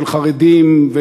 של חרדים,